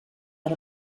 per